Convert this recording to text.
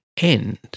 end